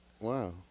Wow